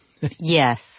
Yes